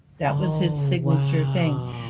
that was his signature thing.